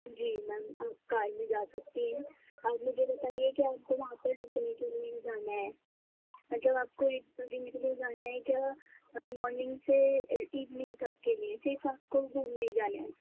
جی ma'am آپ car میں جا سکتی ہیں آپ مجھے بتائیے کہ آپ کو وہاں پہ رکنے کے لئے جانا ہے مطلب آپ کو ایک دو دن کے لئے جانا ہے کیا مارننگ سے ایوننگ تک کے لئے صرف آپ کو گھومنے جانا ہے